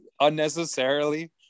unnecessarily